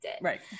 Right